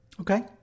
Okay